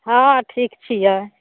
हँ ठीक छियै